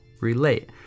relate